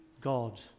God